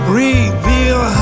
reveal